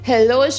Hello